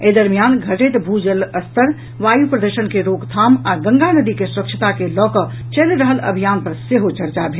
एहि दरमियान घटैत भू जल स्तर वायू प्रद्रषण के रोकथाम आ गंगा नदी के स्वच्छता के लऽ कऽ चलि रहल अभियान पर सेहो चर्चा भेल